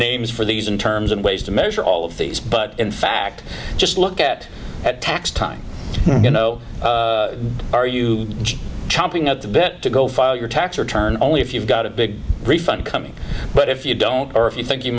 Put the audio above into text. names for these in terms of ways to measure all of these but in fact just look at at tax time you know are you chomping at the bit to go file your tax return only if you've got a big refund coming but if you don't or if you think you